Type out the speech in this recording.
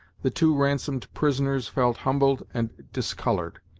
the two ransomed prisoners felt humbled and discoloured,